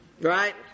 right